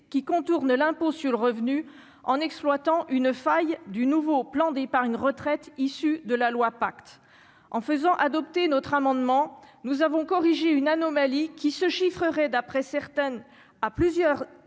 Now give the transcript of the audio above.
qui contournent l'impôt sur le revenu en exploitant une faille du nouveau plan d'épargne retraite, issu de la loi pacte en faisant adopter notre amendement nous avons corrigé une anomalie qui se chiffreraient d'après certaines à plusieurs